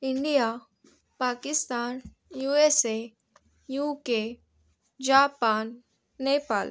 Nepal Pakistan USA UK Japan Nepal